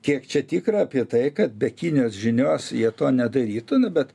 kiek čia tikra apie tai kad be kinijos žinios jie to nedarytų bet